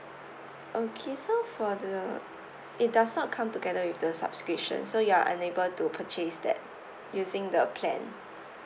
okay so for the it does not come together with the subscription so you are unable to purchase that using the plan